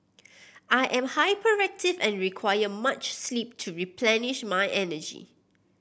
I am hyperactive and require much sleep to replenish my energy